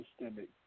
systemic